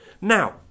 Now